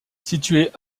situé